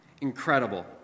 Incredible